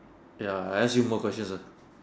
ya I ask you more questions ah